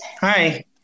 Hi